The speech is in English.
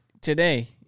today